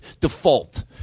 default